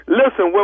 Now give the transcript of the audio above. listen